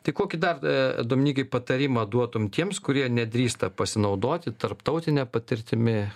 tai kokį dar a dominykai patarimą duotum tiems kurie nedrįsta pasinaudoti tarptautine patirtimi